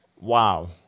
Wow